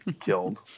killed